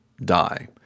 Die